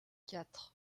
quatre